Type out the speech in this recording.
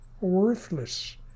worthless